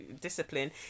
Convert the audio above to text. discipline